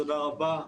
תודה רבה.